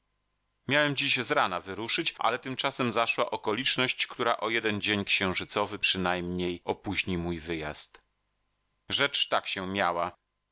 miałem dziś z rana wyruszyć ale tymczasem zaszła okoliczność która o jeden dzień księżycowy przynajmniej opóźni mój wyjazd rzecz tak się miała